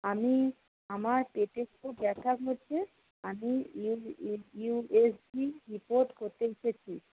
আমি আমার পেটে খুব ব্যথা হচ্ছে আমি ইউএসজি রিপোর্ট করতে এসেছি